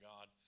God